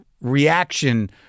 reaction